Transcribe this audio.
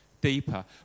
deeper